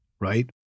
right